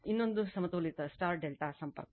ಇನ್ನೊಂದು ಸಮತೋಲಿತ ∆ Y ಸಂಪರ್ಕ